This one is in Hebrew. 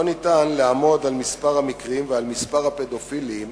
לא ניתן לעמוד על מספר המקרים ועל מספר הפדופילים